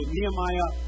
Nehemiah